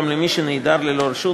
גם למי שנעדר ללא רשות